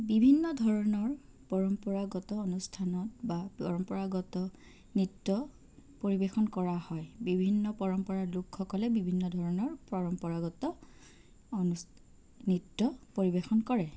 বিভিন্ন ধৰণৰ পৰম্পৰাগত অনুষ্ঠানত বা পৰম্পৰাগত নৃত্য পৰিবেশন কৰা হয় বিভিন্ন পৰম্পৰাৰ লোকসকলে বিভিন্ন ধৰণৰ পৰম্পৰাগত নৃত্য পৰিবেশন কৰে